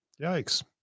Yikes